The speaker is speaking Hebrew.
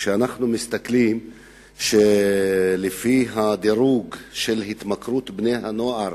כשאנחנו רואים שלפי הדירוג של התמכרות בני הנוער